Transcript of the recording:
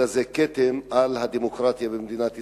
אלא זה כתם על הדמוקרטיה במדינת ישראל,